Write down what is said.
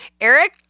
Eric